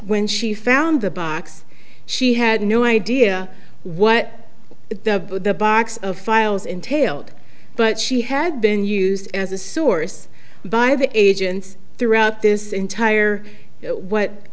when she found the box she had no idea what the box of files entailed but she had been used as a source by the agents throughout this entire what